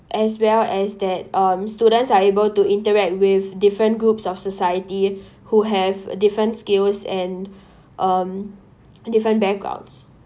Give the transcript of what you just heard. as well as that um students are able to interact with different groups of society who have different skills and um different backgrounds